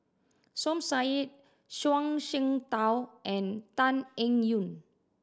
Som Said Zhuang Shengtao and Tan Eng Yoon